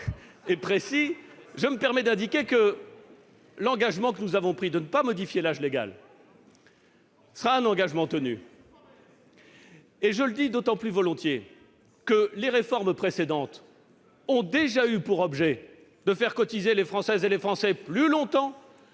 et précis, d'indiquer que l'engagement que nous avons pris de ne pas modifier l'âge légal sera tenu. Je le dis d'autant plus volontiers que les réformes précédentes ont déjà eu pour objet de faire cotiser les Françaises et les Français plus longtemps